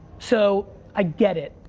so, i get it,